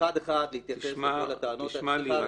אחד אחד להתייחס לכל הטענות -- תשמע לי...